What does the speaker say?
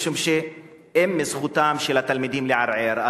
משום שאם זכותם של התלמידים לערער,